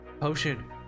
Potion